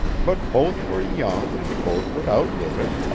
but both were young and both would outlive it.